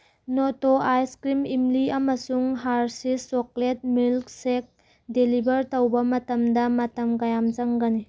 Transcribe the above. Noto ice cream ꯏꯝꯂꯤ ꯑꯃꯁꯨꯡ Hershey's chocolate milkshake deliver ꯇꯧꯕ ꯃꯇꯝꯗ ꯃꯇꯝ ꯀꯌꯥꯝ ꯆꯪꯒꯅꯤ